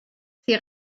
sie